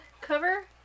cover